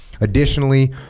Additionally